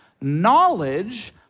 Knowledge